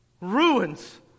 Ruins